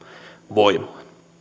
voimaan